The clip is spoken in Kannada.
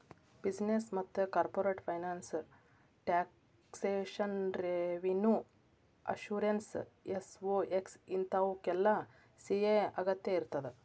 ಬಿಸಿನೆಸ್ ಮತ್ತ corporate finance taxation revenue assurance SOX ಇಂತಾವುಕ್ಕೆಲ್ಲಾ ಸಿ.ಎ ಅಗತ್ಯಇರ್ತದ